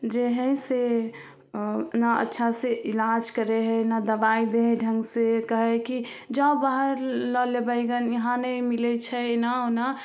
जे हइ से अँ नहि अच्छासे इलाज करै हइ नहि दवाइ दै हइ ढङ्गसे कहै हइ कि जाउ बाहर लऽ लेबै गन यहाँ नहि मिलै छै एना ओना